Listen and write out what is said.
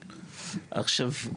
עכשיו,